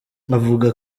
avuga